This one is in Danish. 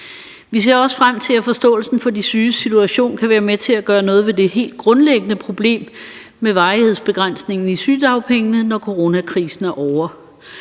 Vi ser også frem til, at forståelsen for de syges situation kan være med til at gøre noget ved det helt grundlæggende problem med varighedsbegrænsningen i sygedagpengene, når coronakrisen er ovre,